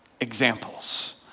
examples